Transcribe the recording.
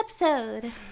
episode